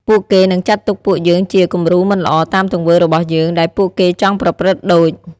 ពួកគេនឹងចាត់ទុកពួកយើងជា គំរូមិនល្អតាមទង្វើរបស់យើង ដែលពួកគេចង់ប្រព្រឹត្តដូច ។